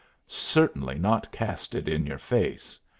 certainly not cast it in your face.